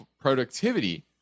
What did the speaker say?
productivity